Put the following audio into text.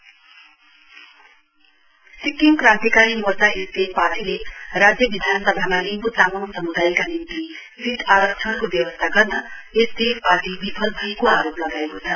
SKM Sikkim Krantikari Morcha SKM पार्टीले राज्यविधानसभामा लिम्बू तामाङ समुदायका निम्ति सीट आरक्षणको व्यवस्था गर्न एसडीएफ पार्टी विफल भएको आरोप लगाएको छ